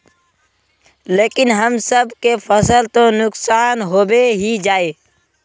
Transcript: लेकिन हम सब के फ़सल तो नुकसान होबे ही जाय?